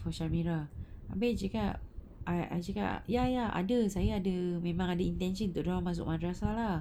for shamira habis cakap I I cakap ya ya ada saya ada memang ada intention untuk dia orang masuk madrasah lah